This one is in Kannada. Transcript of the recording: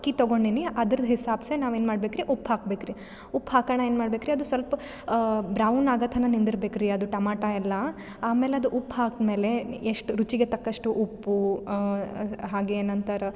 ಅಕ್ಕಿ ತಗೊಂಡಿನಿ ಅದ್ರದ್ದು ಹಿಸಾಪ್ಸೆ ನಾವು ಏನ್ಮಾಡಬೇಕ್ರಿ ಉಪ್ಪು ಹಾಕಬೇಕ್ರಿ ಉಪ್ಪು ಹಾಕೋಣ ಏನು ಮಾಡಬೇಕ್ರಿ ಅದು ಸ್ವಲ್ಪ್ ಬ್ರೌನ್ ಆಗೋತನ ನಿಂದಿರಬೇಕ್ರಿ ಅದು ಟಮಾಟ ಎಲ್ಲ ಆಮೇಲೆ ಅದು ಉಪ್ಪು ಹಾಕ್ಮೇಲೆ ಎಷ್ಟು ರುಚಿಗೆ ತಕ್ಕಷ್ಟು ಉಪ್ಪು ಹಾಗೆ ನಂತರ